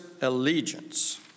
allegiance